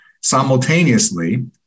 Simultaneously